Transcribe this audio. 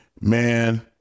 man